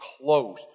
close